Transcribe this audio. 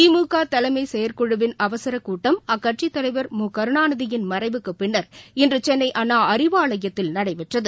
திமுகதலைமைசெயற்குழுவின் அவசரக் கூட்டம் அக்கட்சித் தலைவர் மு கருணாநிதியின் மறைவுக்குப் பின்னர் இன்றுசென்னைஅண்ணாஅறிவாலயத்தில் நடைபெற்றது